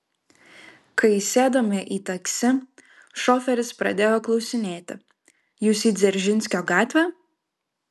kai įsėdome į taksi šoferis pradėjo klausinėti jūs į dzeržinskio gatvę